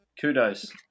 kudos